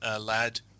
lad